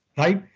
right?